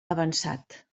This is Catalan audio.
avançat